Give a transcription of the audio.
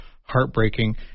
heartbreaking